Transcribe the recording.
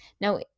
Now